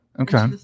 Okay